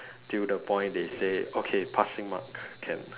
till the point they say okay passing mark can